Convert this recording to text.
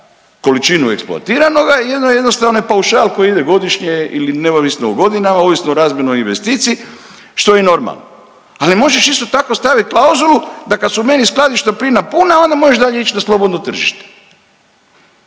količinu eksploatiranoga, jedna je jednostavno onaj paušal koji ide godišnje ili neovisno o godinama, ovisno o razmjernoj investiciji što je i normalno. Ali možeš isto tako stavit klauzulu, da kad su meni skladišta plina puna onda možeš dalje ići na slobodno tržište.